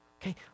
Okay